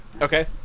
Okay